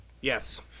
Yes